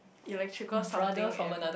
electrical something and